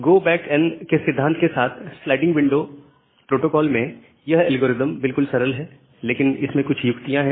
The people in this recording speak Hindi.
गो बैक एन सिद्धांत के साथ स्लाइडिंग विंडो प्रोटोकोल में यह एल्गोरिदम बिल्कुल सरल है लेकिन इसमें कुछ युक्तियां है